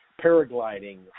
paragliding